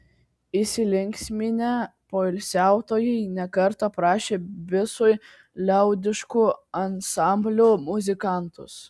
įsilinksminę poilsiautojai ne kartą prašė bisui liaudiškų ansamblių muzikantus